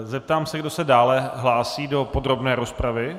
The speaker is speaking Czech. Zeptám se, kdo se dále hlásí do podrobné rozpravy.